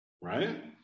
Right